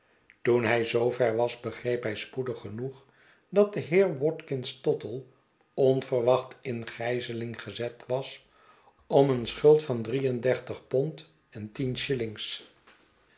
toen hij zoover was begreep hij spoedig genoeg dat de heer watkins tottle onverwacht in gijzeling gezet was om een schuld van drie en